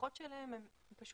הצריכות שלהם הן פשוט קטנות.